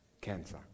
cancer